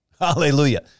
Hallelujah